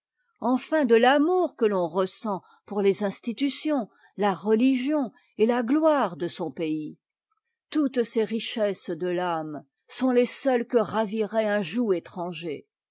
enfin de i'amour que l'on ressent pour les institutions ta religion et la gloire de son pays toutes ces richesses de t'ame sont les seules que ravirait un joug étranger